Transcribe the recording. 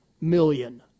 million